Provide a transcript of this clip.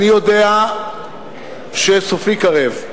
אני יודע שסופי קרב,